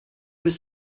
was